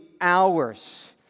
hours